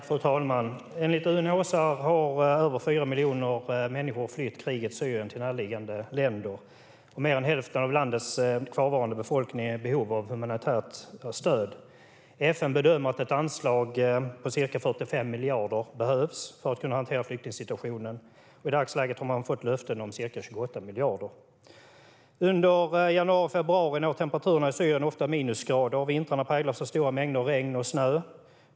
Fru talman! Enligt UNHCR har över 4 miljoner människor flytt krigets Syrien till närliggande länder. Mer än hälften av landets kvarvarande befolkning är i behov av humanitärt stöd. FN bedömer att ett anslag på ca 45 miljarder behövs för att kunna hantera flyktingsituationen. I dagsläget har man fått löften om ca 28 miljarder. Under januari-februari når temperaturen i Syrien ofta minusgrader. Vintrarna präglas av stora mängder regn och snö.